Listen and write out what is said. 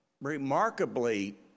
remarkably